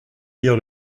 lire